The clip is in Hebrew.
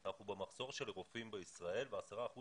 אנחנו במחסור של רופאים בישראל ו-10%